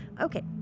Okay